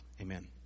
Amen